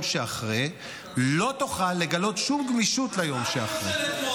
שאחרי לא תוכל לגלות שום גמישות ליום שאחרי.